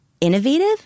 innovative